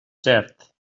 cert